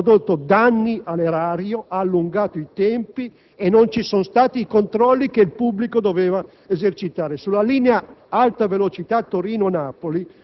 Colleghi, il *general contractor* ha prodotto danni all'erario, ha allungato i tempi e non ci sono stati i controlli che il pubblico doveva esercitare.